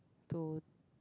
to